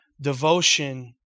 Devotion